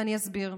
ואני אסביר.